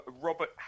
Robert